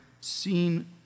seen